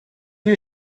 you